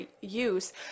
use